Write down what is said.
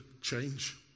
change